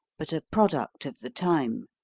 but a product of the time.